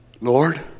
Lord